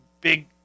big